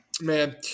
Man